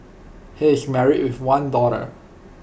he is married with one daughter